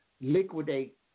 liquidate